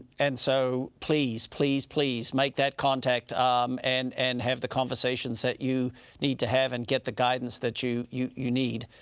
and so please, please, please make that contact um and and have the conversations that you need to have and get the guidance that you you need.